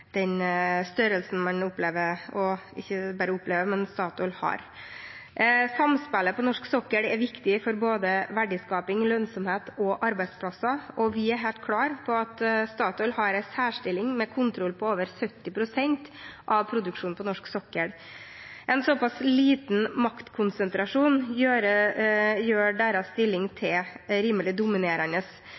størrelsen som Statoil har. Samspillet på norsk sokkel er viktig for både verdiskaping, lønnsomhet og arbeidsplasser, og vi er helt klare på at Statoil har en særstilling med kontroll på over 70 pst. av produksjonen på norsk sokkel. En såpass stor maktkonsentrasjon gjør deres stilling rimelig dominerende.